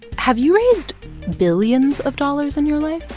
have you raised billions of dollars in your life?